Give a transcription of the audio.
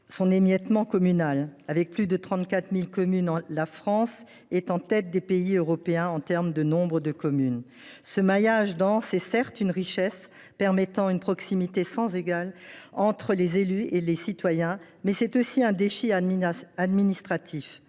son émiettement communal. Avec plus de 34 000 communes, la France est en tête des pays européens en termes de nombre de communes. Ce maillage dense est certes une richesse, permettant une proximité sans égale entre les élus et les citoyens, mais c’est aussi un défi administratif.